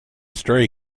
stray